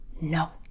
no